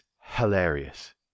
hilarious